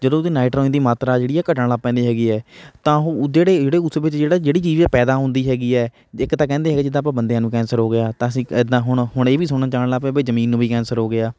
ਜਦੋਂ ਉਹਦੀ ਨਾਈਟ੍ਰੋਨਜ ਦੀ ਮਾਤਰਾ ਜਿਹੜੀ ਹੈ ਘੱਟਣ ਲੱਗ ਪੈਂਦੀ ਹੈਗੀ ਹੈ ਤਾਂ ਉਹ ਜਿਹੜੇ ਜਿਹੜੀ ਉਸ ਵਿੱਚ ਜਿਹੜਾ ਜਿਹੜੀ ਚੀਜ਼ ਪੈਦਾ ਹੁੰਦੀ ਹੈਗੀ ਹੈ ਇੱਕ ਤਾਂ ਕਹਿੰਦੇ ਹੈਗੇ ਜਿੱਦਾਂ ਆਪਾਂ ਬੰਦਿਆਂ ਨੂੰ ਕੈਂਸਰ ਹੋ ਗਿਆ ਤਾਂ ਅਸੀਂ ਇੱਕ ਇੱਦਾਂ ਹੁਣ ਹੁਣ ਇਹ ਵੀ ਸੁਣਨ 'ਚ ਆਉਣ ਲੱਗ ਪਿਆ ਵੀ ਜ਼ਮੀਨ ਨੂੰ ਵੀ ਕੈਂਸਰ ਹੋ ਗਿਆ